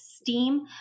steam